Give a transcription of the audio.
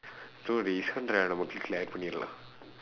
so நம்ம:namma clique-lae add பண்ணிடலாம்:pannidalaam